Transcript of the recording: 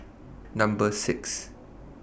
Number six